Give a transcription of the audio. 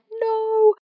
No